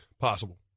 Possible